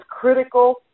critical